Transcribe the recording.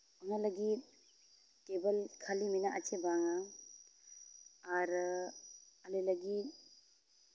ᱚᱱᱟ ᱞᱟᱹᱜᱤᱫ ᱴᱮᱵᱚᱞ ᱠᱷᱟᱹᱞᱤ ᱢᱮᱱᱟᱜ ᱟᱪᱮ ᱵᱟᱝᱟ ᱟᱨ ᱟᱞᱮ ᱞᱟᱹᱜᱤᱫ